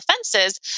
offenses